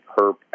Herb